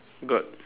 got